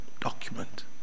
document